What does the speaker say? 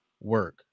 work